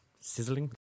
sizzling